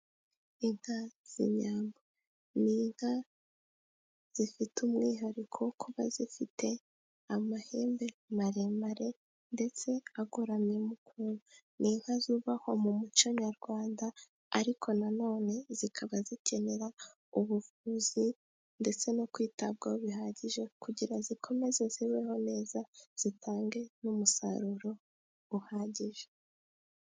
Inka z'inyambo ni inka zifite umwihariko wo kuba zifite amahembe maremare, ndetse agoramyemo ukuntu. Ni inka zubahwa mu muco nyarwanda ariko na none zikaba zikenera ubuvuzi ndetse no kwitabwaho bihagije, kugira zikomeze zibeho neza zitange n'umusaruro uhagije.